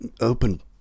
open